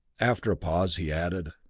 after a pause he added,